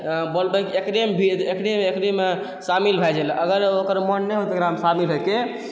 बोलबै एकरेमे शामिल भऽ जाइलए अगर ओकरो मोन होतै एकरामे शामिल होइके